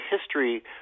history